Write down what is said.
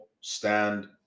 stand